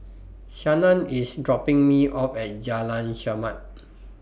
Shannan IS dropping Me off At Jalan Chermat